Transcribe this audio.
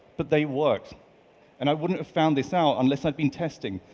but they worked and i wouldn't have found this out unless i'd been testing.